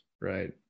right